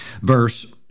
verse